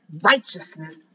righteousness